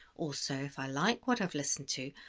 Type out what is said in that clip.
also, if i like what i've listened to,